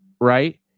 right